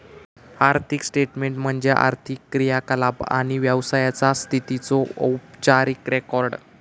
आर्थिक स्टेटमेन्ट म्हणजे आर्थिक क्रियाकलाप आणि व्यवसायाचा स्थितीचो औपचारिक रेकॉर्ड